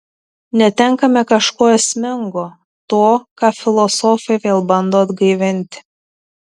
netenkame kažko esmingo to ką filosofai vėl bando atgaivinti